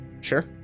Sure